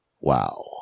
Wow